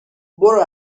برو